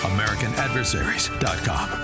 AmericanAdversaries.com